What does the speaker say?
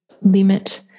limit